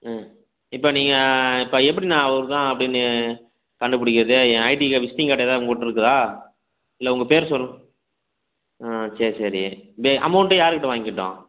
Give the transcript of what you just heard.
ம் இப்போ நீங்கள் இப்போ எப்படி நான் அவரு தான் அப்படின்னு கண்டுபுடிக்கிறது ஏன் ஐடி கா விசிட்டிங் கார்டு எதாவுது உங்கக்கிட்ட இருக்குதா இல்லை உங்கள் பேர் சொல்லுங்க ஆ சேர் சரி அமௌண்டு யார்க்கிட்ட வாங்கிக்கிட்டும்